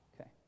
Okay